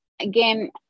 again